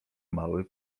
mały